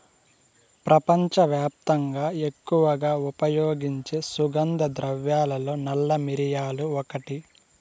ప్రపంచవ్యాప్తంగా ఎక్కువగా ఉపయోగించే సుగంధ ద్రవ్యాలలో నల్ల మిరియాలు ఒకటి